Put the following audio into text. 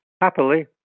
Happily